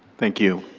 thank you.